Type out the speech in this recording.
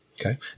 okay